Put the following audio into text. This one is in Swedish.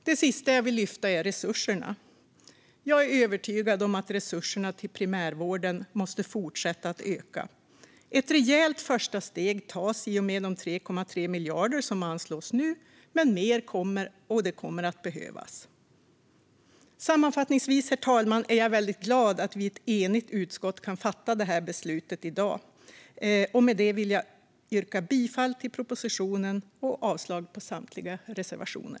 Det sista jag vill lyfta fram är resurserna. Jag är övertygad om att resurserna till primärvården måste fortsätta att öka. Ett rejält första steg tas i och med de 3,3 miljarder som anslås nu. Men mer kommer, och det kommer att behövas. Herr talman! Sammanfattningsvis är jag väldigt glad att vi med ett enigt utskott kan fatta det här beslutet i dag. Med det vill jag yrka bifall till propositionen och avslag på samtliga reservationer.